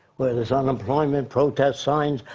where there's unemployment, protest signs,